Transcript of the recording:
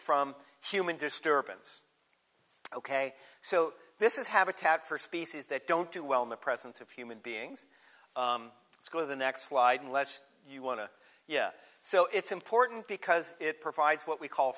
from human disturbance ok so this is habitat for species that don't do well in the presence of human beings let's go to the next slide unless you want to yeah so it's important because it provides what we call